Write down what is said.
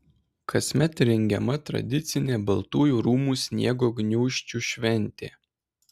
kasmet rengiama tradicinė baltųjų rūmų sniego gniūžčių šventė